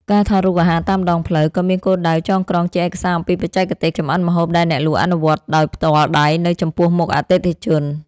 ការថតរូបអាហារតាមដងផ្លូវ ក៏មានគោលដៅចងក្រងជាឯកសារអំពីបច្ចេកទេសចម្អិនម្ហូបដែលអ្នកលក់អនុវត្តដោយផ្ទាល់ដៃនៅចំពោះមុខអតិថិជន។